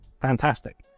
fantastic